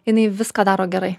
jinai viską daro gerai